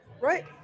right